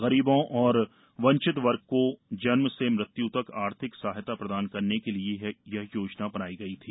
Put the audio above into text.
गरीबों और वंचित वर्ग को जन्म से मृत्य् तक आर्थिक सहायता प्रदान करने के लिये यह योजना बनाई गई थी